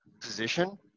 position